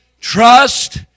Trust